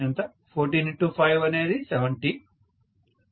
14 x 5 అనేది 70 140